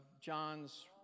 John's